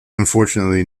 unfortunately